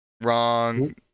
wrong